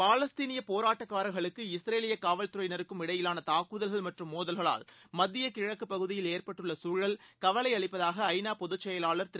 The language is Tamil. பாலஸ்தீனிய போராட்டக்காரர்களுக்கு இஸ்ரேலிய காவல்துறையினருக்கும் இடையிலான தாக்குதல்கள் மற்றும் மோதல்களால் மத்திய கிழக்குப் பகுதியில் ஏற்பட்டுள்ள தழல் கவலை அளிப்பதாக ஐநா பொதுச் செயலாளர் திரு